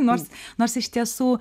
nors nors iš tiesų